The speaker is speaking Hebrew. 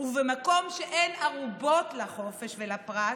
ובמקום שאין ערובות לחופש הפרט,